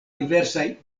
diversaj